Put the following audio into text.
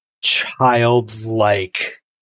childlike